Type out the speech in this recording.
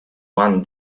one